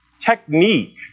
technique